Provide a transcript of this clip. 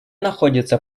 находится